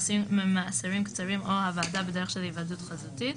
ממאסרים קצרים או הוועדה בדרך של היוועדות חזותית,